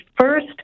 first